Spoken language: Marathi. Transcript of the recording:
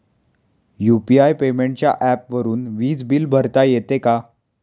यु.पी.आय पेमेंटच्या ऍपवरुन वीज बिल भरता येते का?